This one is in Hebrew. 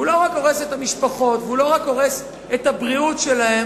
הוא לא רק הורס את המשפחות והוא לא רק הורס את הבריאות שלהם,